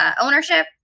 ownership